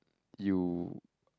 you